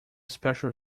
special